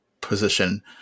position